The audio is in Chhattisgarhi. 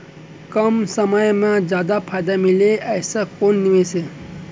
कम समय मा जादा फायदा मिलए ऐसे कोन निवेश हे?